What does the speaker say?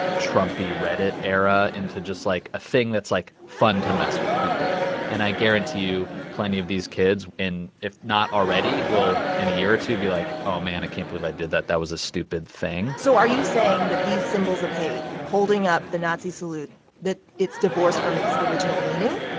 trumpy, reddit era into just, like, a thing that's, like, fun to mess with people. and i guarantee you plenty of these kids in if not already, will in a year or two to be like, oh, man. i can't believe i did that. that was a stupid thing so are you saying that these symbols of hate holding up the nazi salute that it's divorced from its original meaning?